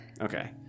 Okay